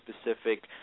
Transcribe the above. specific